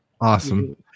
Awesome